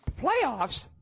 Playoffs